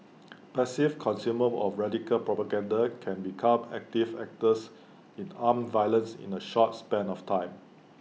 passive consumers of radical propaganda can become active actors in armed violence in A short span of time